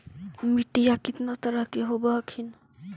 मिट्टीया कितना तरह के होब हखिन?